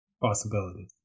possibility